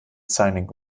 signing